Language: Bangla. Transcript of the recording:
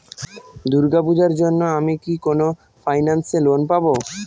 দূর্গা পূজোর জন্য আমি কি কোন ফাইন্যান্স এ লোন পাবো?